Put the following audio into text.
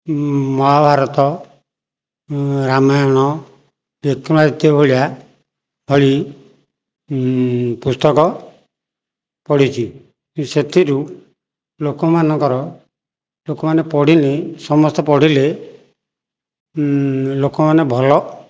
ମହାଭାରତ ରାମାୟଣ ବିକ୍ରମାଦିତ୍ୟ ଭଳିଆ ଭଳି ପୁସ୍ତକ ପଢ଼ିଛି ସେଥିରୁ ଲୋକମାନଙ୍କର ଲୋକମାନେ ପଢ଼ିଲି ସମସ୍ତେ ପଢ଼ିଲେ ଲୋକମାନେ ଭଲ